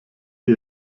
dir